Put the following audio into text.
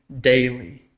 daily